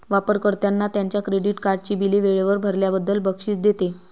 वापर कर्त्यांना त्यांच्या क्रेडिट कार्डची बिले वेळेवर भरल्याबद्दल बक्षीस देते